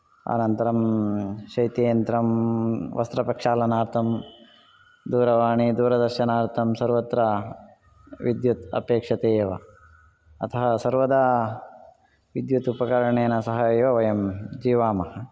अनन्तरं शैत्ययन्त्रं वस्त्रप्रक्षालनार्थं दूरवाणी दूरदर्शनार्थं सर्वत्र विद्युत् अपेक्षते एव अतः सर्वदा विद्युत् उपकरणेन सह एव वयं जीवामः